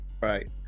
Right